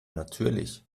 natürlich